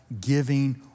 giving